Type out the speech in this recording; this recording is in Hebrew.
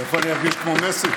תיכף אני ארגיש כמו מסי.